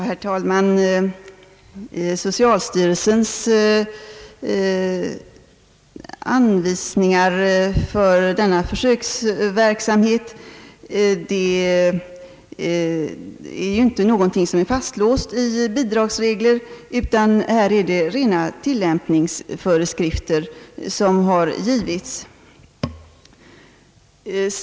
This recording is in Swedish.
Herr talman! Socialstyrelsens anvisningar för denna försöksverksamhet är inte någonting som är fastlåst i bidragsregler, utan här är det rena tillämpningsföreskrifter som har givits.